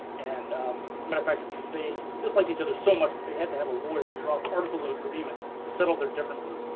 and matter of fact, they disliked each other so much that they had to have a lawyer draw up articles of agreement to settle their differences.